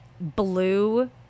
blue